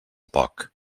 poc